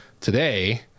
Today